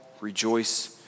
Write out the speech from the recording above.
rejoice